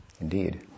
Indeed